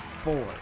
four